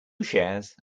shares